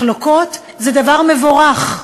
מחלוקות הן דבר מבורך,